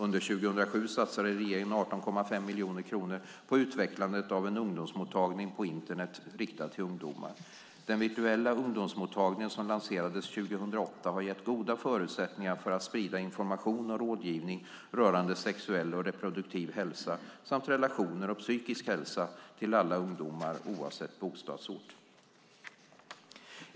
Under 2007 satsade regeringen 18,5 miljoner kronor på utvecklandet av en ungdomsmottagning på internet riktad till ungdomar. Den virtuella ungdomsmottagning som lanserades 2008 har gett goda förutsättningar för att sprida information och rådgivning rörande sexuell och reproduktiv hälsa samt relationer och psykisk hälsa till alla ungdomar oavsett bostadsort.